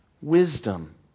wisdom